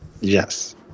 Yes